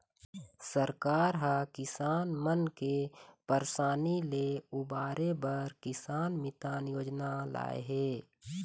सरकार ह किसान मन के परसानी ले उबारे बर किसान मितान योजना लाए हे